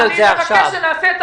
גפני, תעשה טובה.